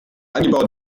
angebaut